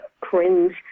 cringe